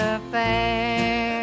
Affair